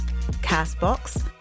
CastBox